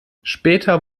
später